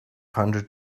hundred